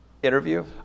Interview